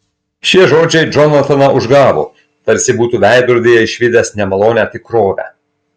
šie žodžiai džonataną užgavo tarsi būtų veidrodyje išvydęs nemalonią tikrovę